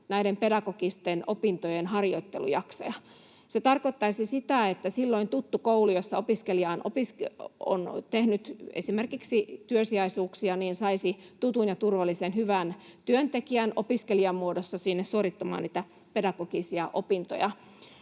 pedagogisten opintojen harjoittelujaksoja. Se tarkoittaisi sitä, että silloin tuttu koulu, jossa opiskelija on tehnyt esimerkiksi työsijaisuuksia, saisi tutun ja turvallisen, hyvän työntekijän opiskelijan muodossa sinne suorittamaan niitä pedagogisia opintoja.